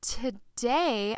today